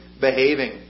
behaving